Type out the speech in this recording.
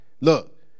look